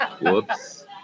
Whoops